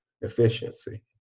efficiency